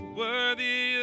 worthy